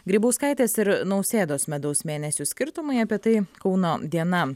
grybauskaitės ir nausėdos medaus mėnesių skirtumai apie tai kauno diena